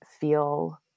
feel